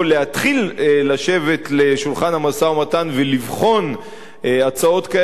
לשבת לשולחן המשא-ומתן ולבחון הצעות כאלה או אחרות.